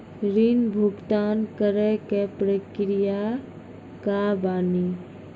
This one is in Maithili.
ऋण भुगतान करे के प्रक्रिया का बानी?